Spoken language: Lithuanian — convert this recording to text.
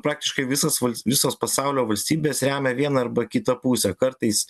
praktiškai visos val visos pasaulio valstybės remia vieną arba kitą pusę kartais